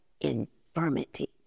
infirmity